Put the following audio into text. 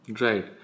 Right